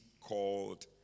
called